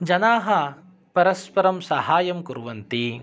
जनाः परस्परं सहायं कुर्वन्ति